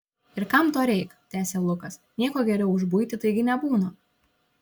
ir kam to reik tęsė lukas nieko geriau už buitį taigi nebūna